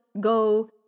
go